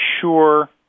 sure